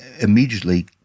immediately